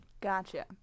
Gotcha